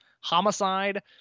homicide